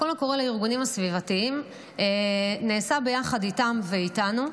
הקול הקורא לארגונים הסביבתיים נעשה ביחד איתם ואיתנו.